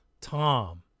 Tom